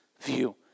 View